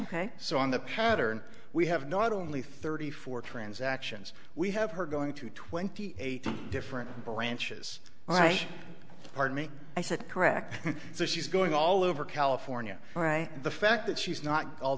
ok so on the pattern we have not only thirty four transactions we have her going to twenty eight different branches all right pardon me i said correct so she's going all over california right the fact that she's not all